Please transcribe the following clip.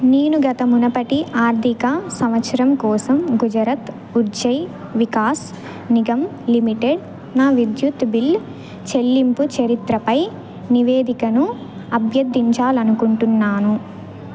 నేను గత మునుపటి ఆర్థిక సంవత్సరం కోసం గుజరత్ ఉర్జేన్ వికాస్ నిగమ్ లిమిటెడ్ మీ విద్యుత్ బిల్లు చెల్లింపు చరిత్రపై నివేదికను అభ్యర్థించాలి అనుకుంటున్నాను